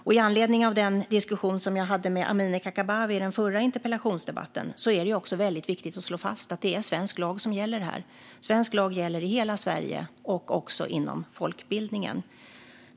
Med anledning av den diskussion jag hade med Amineh Kakabaveh i den förra interpellationsdebatten är det också viktigt att slå fast att det är svensk lag som gäller här. Svensk lag gäller i hela Sverige och även inom folkbildningen.